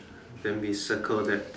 then we circle that